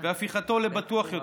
והפיכתו לבטוח יותר,